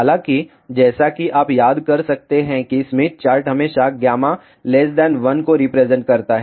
हालाँकि जैसा कि आप याद कर सकते हैं कि स्मिथ चार्ट हमेशा 1 को रिप्रेजेंट करता है